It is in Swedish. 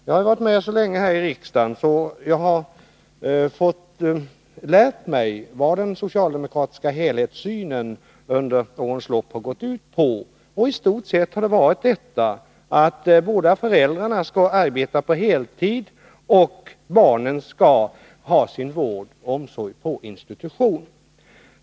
Jag har varit så länge här i riksdagen att jag lärt mig vad den socialdemokratiska helhetssynen under årens lopp gått ut på. I stort sett har det varit detta att båda föräldrarna skall arbeta på heltid och att barnen skall få sin vård och omsorg på institution.